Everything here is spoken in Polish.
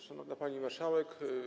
Szanowna Pani Marszałek!